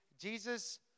Jesus